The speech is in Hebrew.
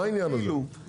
מה העניין הזה?